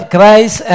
Christ